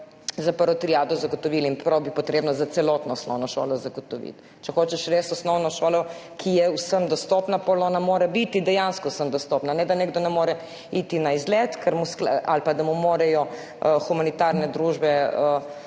za prvo triado zagotovili in bi bilo potrebno za celotno osnovno šolo zagotoviti. Če hočeš res osnovno šolo, ki je vsem dostopna, potem mora biti dejansko vsem dostopna, ne da nekdo ne more iti na izlet, da mu mora sklad ali pa da morajo humanitarne družbe